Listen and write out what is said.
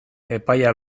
epaia